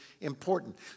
important